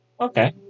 Okay